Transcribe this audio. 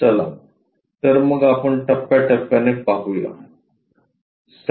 चला तर मग आपण टप्प्याटप्प्याने पाहू या